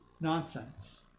nonsense